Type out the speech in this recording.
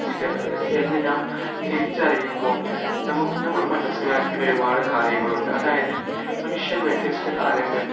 എന്ന് നാം തിരിച്ചറിയുമ്പോൾ നമ്മൾ മനസ്സിലാക്കേണ്ട ഒരുപാട് കാര്യങ്ങളുണ്ട് അതായത് മനുഷ്യൻ വ്യത്യസ്ത